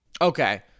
Okay